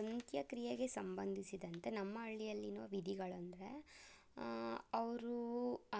ಅಂತ್ಯಕ್ರಿಯೆಗೆ ಸಂಬಂಧಿಸಿದಂತೆ ನಮ್ಮ ಹಳ್ಳಿಯಲ್ಲಿನು ವಿಧಿಗಳಂದರೆ ಅವರು